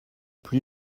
plus